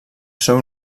seu